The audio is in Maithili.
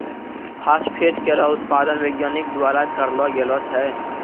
फास्फेट केरो उत्पादन वैज्ञानिक द्वारा करलो गेलो छै